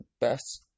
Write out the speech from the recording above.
best